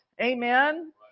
Amen